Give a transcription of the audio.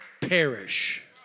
perish